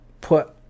put